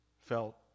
felt